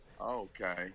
okay